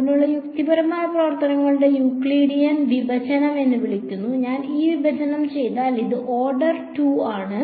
ഇതിനെ യുക്തിപരമായ പ്രവർത്തനങ്ങളുടെ യൂക്ലിഡിയൻ വിഭജനം എന്ന് വിളിക്കുന്നു ഞാൻ ഈ വിഭജനം ചെയ്താൽ ഇത് ഓർഡർ 2 ആണ്